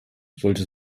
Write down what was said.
sollte